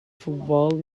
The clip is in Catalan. futbol